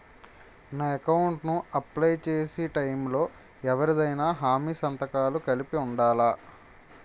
నా అకౌంట్ ను అప్లై చేసి టైం లో ఎవరిదైనా హామీ సంతకాలు కలిపి ఉండలా?